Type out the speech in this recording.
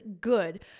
good